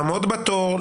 לעמוד בתור,